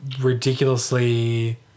ridiculously